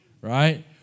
right